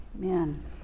Amen